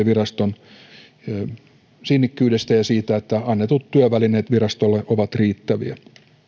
viraston sinnikkyydestä ja siitä että annetut työvälineet virastolle ovat riittäviä